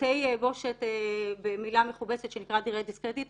בתי הבושת במילה מכובסת שנקראת "דירה דיסקרטית",